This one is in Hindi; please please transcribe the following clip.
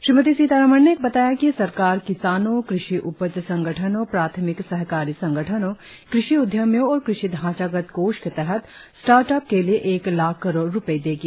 श्रीमती सीतारामन ने बताया कि सरकार किसानों कृषि उपज संगठनों प्राथमिक सहकारी संगठनों कृषि उद्यमियों और कृषि ढांचागत कोष के तहत स्टार्टअप के लिए एक लाख करोड़ रुपये देगी